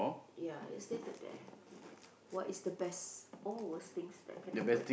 yeah it's stated there what is the best or worst thing that could happen